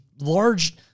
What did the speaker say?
large